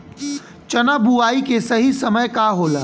चना बुआई के सही समय का होला?